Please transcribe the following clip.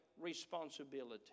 responsibility